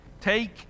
take